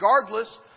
regardless